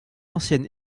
ancienne